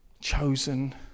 Chosen